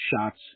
shots